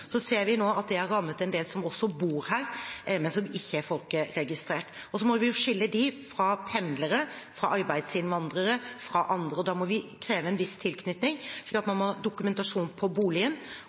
ser nå at det har rammet en del som også bor her, men som ikke er folkeregistrert. Så må vi skille dem fra pendlere, arbeidsinnvandrere og andre. Da må vi kreve en viss tilknytning. Man må ha dokumentasjon på boligen,